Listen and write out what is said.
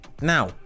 Now